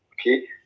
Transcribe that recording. Okay